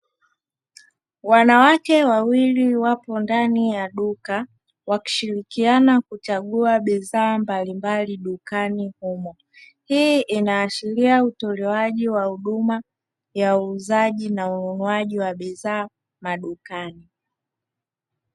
Wanawake wawili, wapo ndani ya duka wakishirikiana kuchagua bidhaa mbalimbali dukani humo. Hii inaashiria utolewaji wa huduma ya uuzaji na ununuaji wa bidhaa madukani.